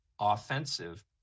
offensive